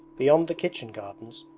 beyond the kitchen gardens,